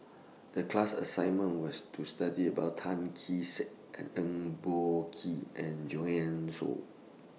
The class assignment was to study about Tan Kee Sek and Eng Boh Kee and Joanne Soo